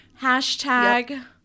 Hashtag